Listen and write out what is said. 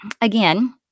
again